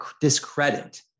discredit